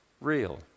real